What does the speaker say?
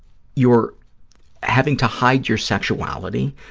you're having to hide your sexuality.